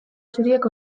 txuriek